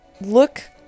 look